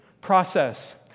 process